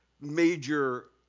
major